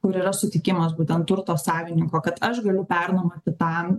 kur yra sutikimas būtent turto savininko kad aš galiu pernuomot kitam